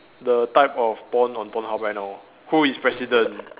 the type of porn on pornhub right now who is president